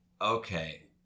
Okay